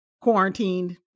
quarantined